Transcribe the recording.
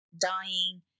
dying